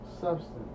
substance